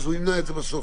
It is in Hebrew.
והוא ימנע את זה בסוף,